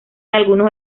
algunos